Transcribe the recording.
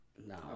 no